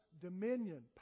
dominion